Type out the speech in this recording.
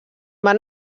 van